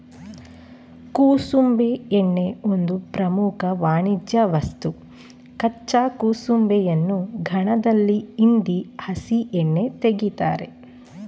ಕುಸುಬೆ ಎಣ್ಣೆ ಒಂದು ಪ್ರಮುಖ ವಾಣಿಜ್ಯವಸ್ತು ಕಚ್ಚಾ ಕುಸುಬೆಯನ್ನು ಗಾಣದಲ್ಲಿ ಹಿಂಡಿ ಹಸಿ ಎಣ್ಣೆ ತೆಗಿತಾರೆ